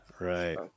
right